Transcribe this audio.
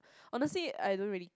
honestly I don't really